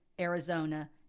Arizona